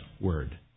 word